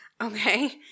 Okay